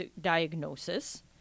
diagnosis